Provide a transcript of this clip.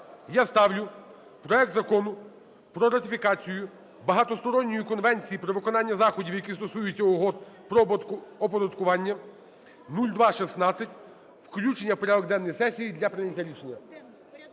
я ставлю проект Закону про ратифікацію Багатосторонньої конвенції про виконання заходів, які стосуються угод про оподаткування (0216), включення у порядок денний сесії для прийняття рішення.